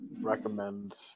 recommend